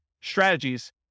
strategies